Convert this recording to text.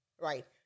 Right